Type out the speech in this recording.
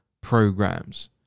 programs